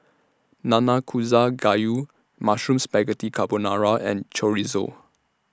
Nanakusa Gayu Mushroom Spaghetti Carbonara and Chorizo